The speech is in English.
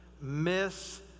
Miss